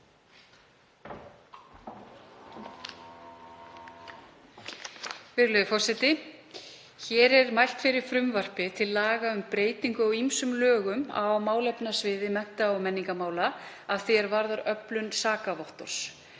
Virðulegi forseti. Hér er mælt fyrir frumvarpi til laga um breytingu á ýmsum lögum á málefnasviði mennta- og menningarmála að því er varðar öflun sakavottorðs.